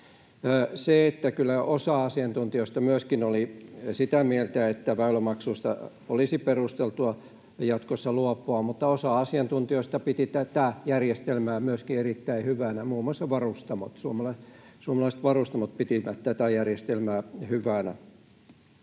Kyllä osa asiantuntijoista oli myöskin sitä mieltä, että väylämaksuista olisi perusteltua jatkossa luopua, mutta osa asiantuntijoista piti tätä järjestelmää myöskin erittäin hyvänä. Muun muassa suomalaiset varustamot pitivät tätä järjestelmää hyvänä.